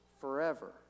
forever